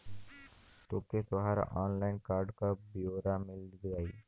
तोके तोहर online card क ब्योरा मिल जाई